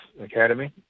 Academy